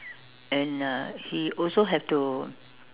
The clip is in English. and uh he also have to